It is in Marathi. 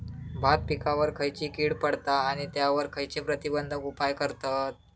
भात पिकांवर खैयची कीड पडता आणि त्यावर खैयचे प्रतिबंधक उपाय करतत?